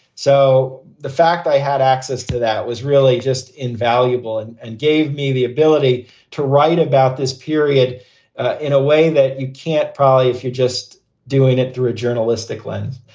so the fact i had access to that was really just invaluable and and gave me the ability to write about this period in a way that you can't probably if you're just doing it through a journalistic lens.